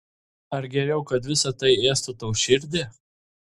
ar geriau kad visa tai ėstų tau širdį